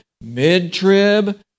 mid-trib